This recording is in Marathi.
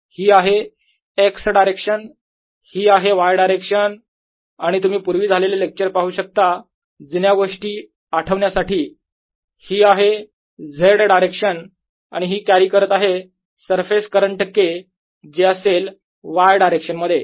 ही आहे X डायरेक्शन ही आहे Y डायरेक्शन आणि तुम्ही पूर्वी झालेले लेक्चर पाहू शकता जुन्या गोष्टी आठवण्यासाठी ही आहे Z डायरेक्शन आणि हि कॅरी करत आहे सरफेस करंट K जे असेल Y डायरेक्शन मध्ये